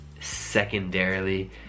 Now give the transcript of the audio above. secondarily